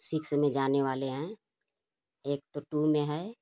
six में जानें वाले हैं एक तो टू में है